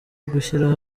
gushyiraho